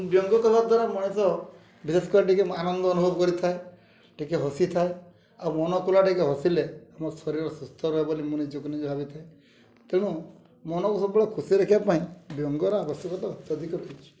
ବ୍ୟଙ୍ଗ କରିବା ଦ୍ୱାରା ମଣିଷ ବିଶେଷ କରି ଟିକେ ଆନନ୍ଦ ଅନୁଭବ କରିଥାଏ ଟିକେ ହସିଥାଏ ଆଉ ମନକୁ ଟିକେ ହସିଲେ ଆମ ଶରୀର ସୁସ୍ଥ ରହିବ ବୋଲି ମୁଁ ନିଜକୁ ନିଜ ଭାବିଥାଏ ତେଣୁ ମନକୁ ସବୁବେଳେ ଖୁସି ରଖିବା ପାଇଁ ବ୍ୟଙ୍ଗର ଆବଶ୍ୟକତା ଅତ୍ୟଧିକ ରହିଛି